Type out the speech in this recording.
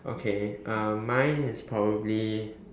okay um mine is probably